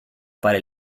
para